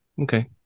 Okay